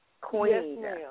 Queen